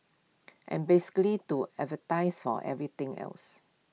and basically to advertise for everything else